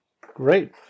Great